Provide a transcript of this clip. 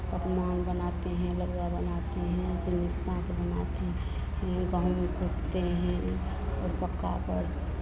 पकवान बनाते हैं लडुआ बनाते हैं जिमिक सास बनाते हैं गेहूँ कूटते हैं और पक्का पर